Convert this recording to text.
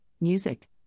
music